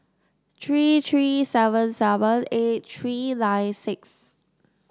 three three seven seven eight three nine six